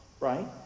Right